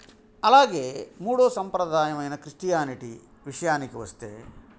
అలాగే మూడవ సంప్రదాయమైన క్రిస్టియానిటీ విషయానికి వస్తే